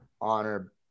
honor